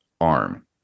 arm